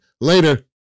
Later